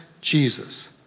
Jesus